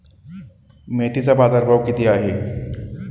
मेथीचा बाजारभाव किती आहे?